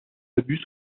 abus